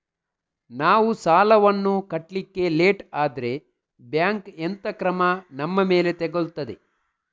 ನಾವು ಸಾಲ ವನ್ನು ಕಟ್ಲಿಕ್ಕೆ ಲೇಟ್ ಆದ್ರೆ ಬ್ಯಾಂಕ್ ಎಂತ ಕ್ರಮ ನಮ್ಮ ಮೇಲೆ ತೆಗೊಳ್ತಾದೆ?